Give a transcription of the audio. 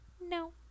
No